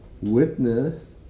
witness